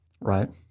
Right